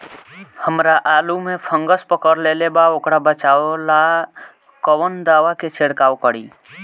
हमरा आलू में फंगस पकड़ लेले बा वोकरा बचाव ला कवन दावा के छिरकाव करी?